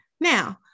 Now